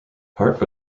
part